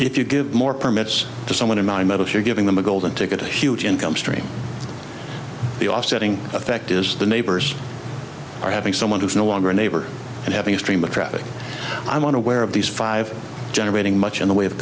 if you give more permits to someone in mind you're giving them a golden ticket to a huge income stream the offsetting effect is the neighbors are having someone who's no longer a neighbor and having a stream of traffic i'm unaware of these five generating much in the way